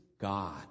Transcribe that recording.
God